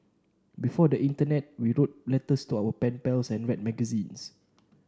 before the internet we wrote letters to our pen pals and read magazines